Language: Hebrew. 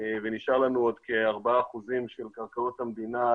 אין התיישנות ועוד כמה וכמה דברים שקשורים לתקנת השוק.